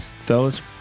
fellas